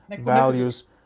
values